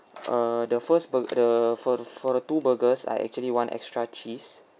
err the first burg~ the for the for the two burgers I actually want extra cheese